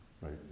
right